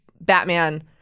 Batman